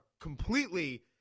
completely